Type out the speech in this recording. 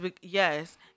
Yes